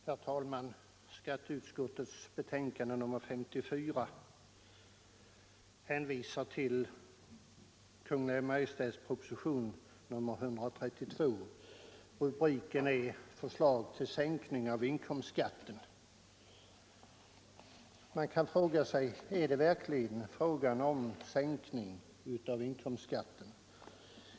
Herr talman! Skatteutskottets betänkande nr 54 hänvisar till Kungl. Maj:ts proposition nr 132 med, som det står i rubriken, ”förslag om sänkning av inkomstskatten”. Man kan fråga: Är det verkligen fråga om sänkning av inkomstskatten?